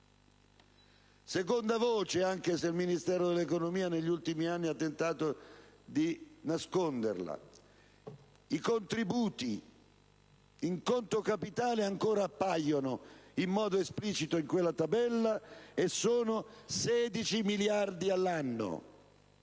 seconda voce, anche se il Ministero dell'economia negli ultimi anni ha tentato di nasconderla, riporta i contributi in conto capitale, che ancora appaiono in modo esplicito in quella tabella ed ammontano a 16 miliardi all'anno,